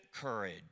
courage